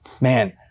man